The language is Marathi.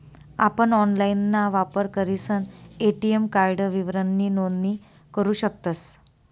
आपण ऑनलाइनना वापर करीसन ए.टी.एम कार्ड विवरणनी नोंदणी करू शकतस